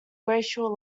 glacial